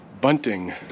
bunting